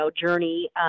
journey